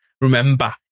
remember